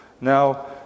Now